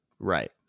Right